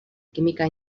química